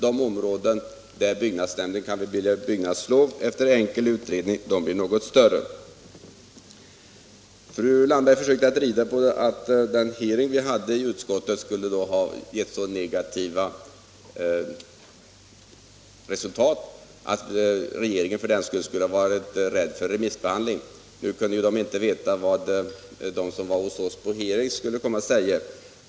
De områden där byggnadsnämnden kan bevilja byggnadslov efter enkel utredning blir något större. Fru Landberg försökte att rida på att den hearing vi hade i utskottet skulle ha gett så negativa resultat att regeringen skulle ha varit rädd för remissbehandling. Nu kunde inte den veta vad de som kom till oss på hearing skulle säga.